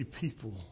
people